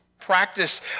practice